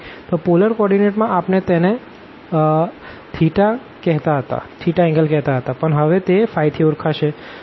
તો polar coordinate માં આપણે તેને એન્ગલ કેહતા હતા પણ હવે તે થી ઓળખાશે